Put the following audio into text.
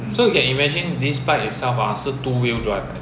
so you can imagine this bike itself ah two wheel drive leh